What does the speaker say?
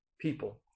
people